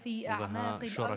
הסימולטני: שלום עלייך,